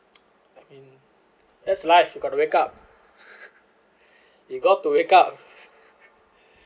I mean that's life you got to wake up you got to wake up